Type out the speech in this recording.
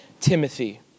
Timothy